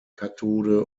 kathode